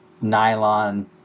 nylon